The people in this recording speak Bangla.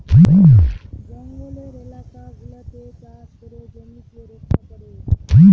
জঙ্গলের এলাকা গুলাতে চাষ করে জমিকে রক্ষা করে